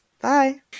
Bye